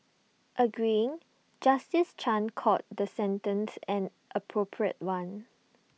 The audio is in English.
agreeing justice chan called the sentence an appropriate one